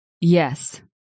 Yes